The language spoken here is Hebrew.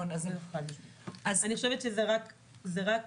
אני חושבת שזו רק